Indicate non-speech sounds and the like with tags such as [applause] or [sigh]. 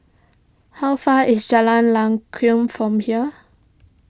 how far is Jalan [unintelligible] from here